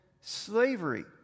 slavery